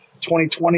2020